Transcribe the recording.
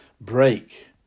break